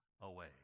away